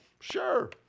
Sure